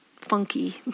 funky